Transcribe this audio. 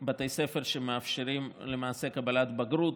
בתי ספר שמאפשרים למעשה קבלת בגרות